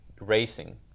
racing